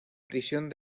prisión